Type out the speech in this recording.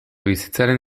bizitzaren